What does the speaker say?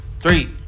Three